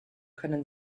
können